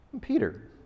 Peter